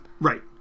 Right